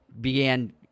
began